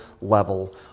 level